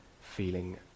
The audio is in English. feeling